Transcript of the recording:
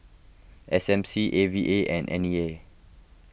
S M C A V A and N E A